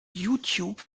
youtube